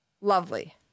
lovely